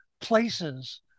places